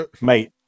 Mate